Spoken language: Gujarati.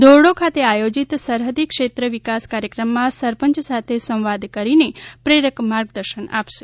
ધોરડો ખાતે આયોજીત સરહદી ક્ષેત્ર વિકાસ કાર્યક્રમમાં સરપંચ સાથે સંવાદ કરીને પ્રેરક માર્ગદર્શન આપશે